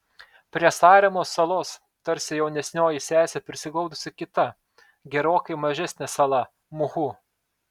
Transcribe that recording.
prie saremos salos tarsi jaunesnioji sesė prisiglaudusi kita gerokai mažesnė sala muhu